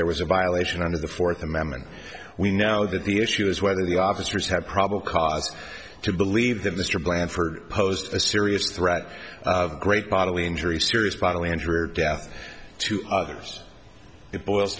there was a violation under the fourth amendment we know that the issue is whether the officers have probable cause to believe that mr blanford posed a serious threat of great bodily injury serious bodily injury or death to others it boils